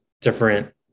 different